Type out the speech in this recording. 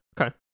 Okay